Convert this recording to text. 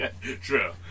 True